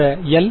இந்த L